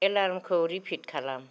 अलार्मखौ repeat खालाम